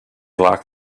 locked